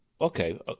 okay